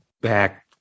back